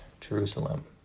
Jerusalem